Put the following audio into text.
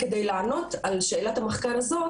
כדי לענות על שאלת המחקר הזאת